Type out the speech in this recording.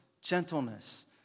gentleness